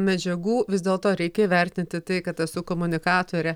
medžiagų vis dėlto reikia įvertinti tai kad esu komunikatorė